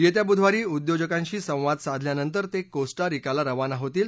येत्या बुधवारी उद्योजकांशी संवाद साधल्यानंतर ते कोस्टा रिकाला रवाना होतील